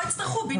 לא יצטרכו בינוי.